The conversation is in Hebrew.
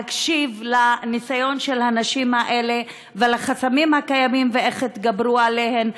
להקשיב לניסיון של הנשים האלה ולחסמים הקיימים ואיך התגברו עליהם.